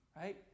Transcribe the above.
right